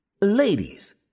Ladies